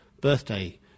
birthday